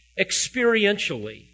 experientially